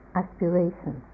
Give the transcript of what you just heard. aspiration